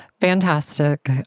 fantastic